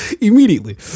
Immediately